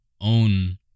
own